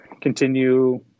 continue